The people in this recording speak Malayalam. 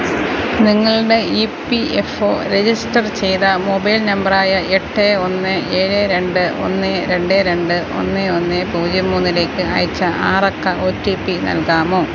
നിങ്ങളുടെ E P F O register ചെയ്ത മൊബൈൽ നമ്പർ ആയ എട്ട് ഒന്ന് ഏഴ് രണ്ട് ഒന്ന് രണ്ട് രണ്ട് ഒന്ന് ഒന്ന് പൂജ്യം മൂന്നിലേക്ക് അയച്ച ആറക്ക ഒ റ്റി പി നൽകാമോ